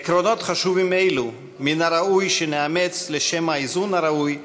עקרונות חשובים אלו מן הראוי שנאמץ לשם האיזון הראוי